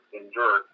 endure